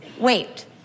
wait